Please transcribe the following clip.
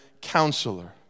counselor